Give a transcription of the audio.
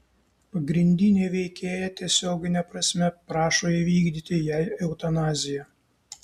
pagrindinė veikėja tiesiogine prasme prašo įvykdyti jai eutanaziją